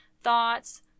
thoughts